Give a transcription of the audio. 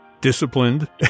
disciplined